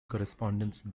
correspondence